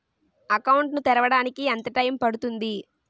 Account ను తెరవడానికి ఎంత టైమ్ పడుతుంది?